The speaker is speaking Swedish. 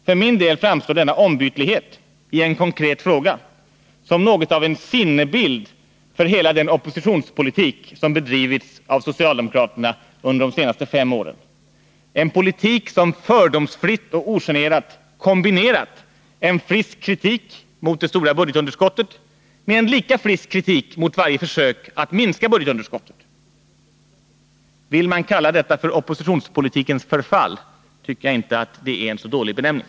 För mig framstår denna ombytlighet i en konkret fråga som något av en sinnebild för hela den oppositionspolitik som har bedrivits av socialdemokraterna under de senaste fem åren — en politik som fördomsfritt och ogenerat har kombinerat en frisk kritik mot det stora budgetunderskottet med en lika frisk kritik mot varje försök att minska budgetunderskottet. Vill man kalla detta för oppositionspolitikens förfall tycker jag att det inte är någon dålig benämning.